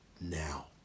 now